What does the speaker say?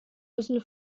müssen